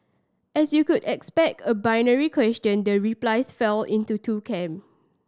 as you could expect a binary question the replies fell into two camp